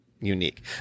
unique